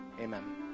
Amen